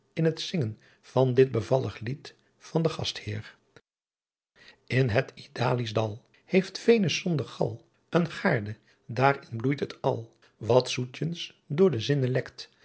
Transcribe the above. in het zingen van dit bevallig lied van den gastheer in het idalisch dal heeft venus zonder gal een gaarde daar in bloeit het al wat zoetjens door de